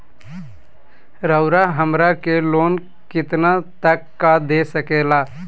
रउरा हमरा के लोन कितना तक का दे सकेला?